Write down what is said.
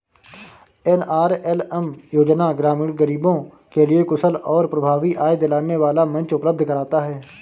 NRLM योजना ग्रामीण गरीबों के लिए कुशल और प्रभावी आय दिलाने वाला मंच उपलब्ध कराता है